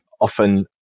often